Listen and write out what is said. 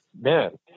man